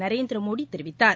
நரேந்திரமோடி தெரிவித்தார்